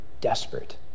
desperate